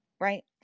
right